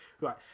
right